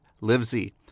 Livesey